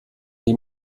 die